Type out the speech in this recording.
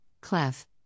Clef